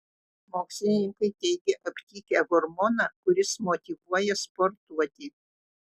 mokslininkai teigia aptikę hormoną kuris motyvuoja sportuoti